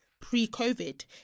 pre-COVID